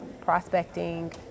prospecting